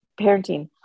parenting